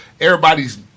Everybody's